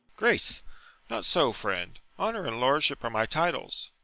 grace! not so, friend honour and lordship are my titles.